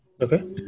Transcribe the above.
okay